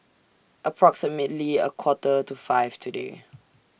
approximately A Quarter to five today